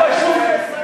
את פשוט מסלפת.